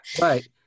Right